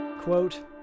Quote